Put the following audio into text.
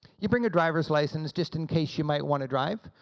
you bring a driver's license just in case you might want to drive.